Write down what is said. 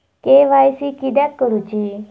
KYC किदयाक करूची?